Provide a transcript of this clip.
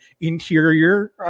interior